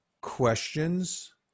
questions